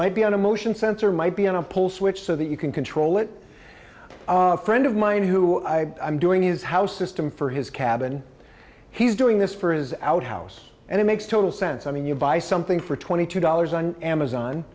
might be on a motion sensor might be on a pole switch so that you can control it a friend of mine who i am doing his house system for his cabin he's doing this for his out house and it makes total sense i mean you buy something for twenty two dollars on amazon